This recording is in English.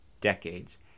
decades